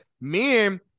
men